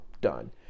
done